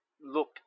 Look